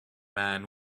man